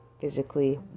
physically